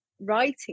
writing